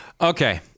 Okay